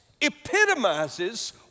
epitomizes